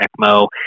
ECMO